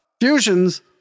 fusions